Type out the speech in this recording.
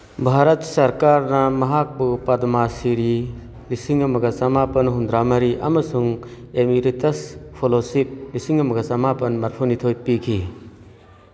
ꯚꯥꯔꯠ ꯁꯔꯀꯥꯔꯅ ꯃꯍꯥꯛꯄꯨ ꯄꯗꯃꯥ ꯁꯤꯔꯤ ꯂꯤꯁꯤꯡ ꯑꯃꯒ ꯆꯃꯥꯄꯜ ꯍꯨꯝꯐꯨꯇꯔꯥꯃꯔꯤ ꯑꯃꯁꯨꯡ ꯑꯦꯃꯤꯔꯤꯇꯁ ꯐꯣꯂꯣꯁꯤꯞ ꯂꯤꯁꯤꯡ ꯑꯃꯒ ꯆꯃꯥꯄꯜ ꯃꯔꯤꯐꯨꯅꯤꯊꯣꯏ ꯄꯤꯈꯤ